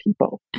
people